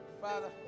Father